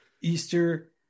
Easter